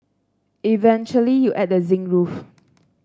eventually you add the zinc roof